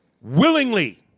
willingly